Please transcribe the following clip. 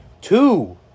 Two